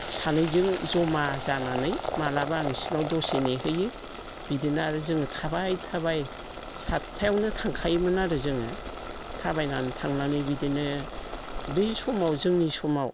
सानैजों जमा जानानै माब्लाबा आं बिसोरनाव दसे नेहैयो बिदिनो आरो जोङो थाबाय थाबाय सातथायावनो थांखायोमोन आरो जोङो थाबायनानै थांनानै बिदिनो बे समाव जोंनि समाव